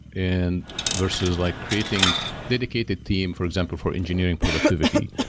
and versus like creating dedicated team, for example for engineering productivity,